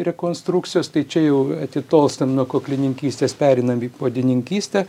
rekonstrukcijos tai čia jau atitolstam nuo koklininkystės pereinam į puodininkystę